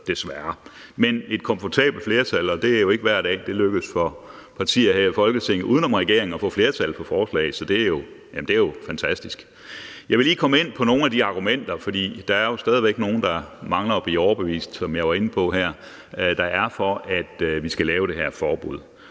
Men et komfortabelt flertal var der, og det er jo ikke hver dag, det lykkes for partier her i Folketinget uden om regeringen at få flertal for forslag, så det er jo fantastisk. Jeg vil lige komme ind på nogle af argumenterne, for der er jo stadig nogle, der mangler at blive overbevist, som jeg har været inde på, for, at vi skal lave det her forbud.